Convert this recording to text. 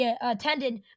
attended